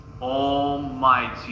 almighty